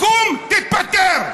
קום, תתפטר.